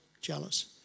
jealous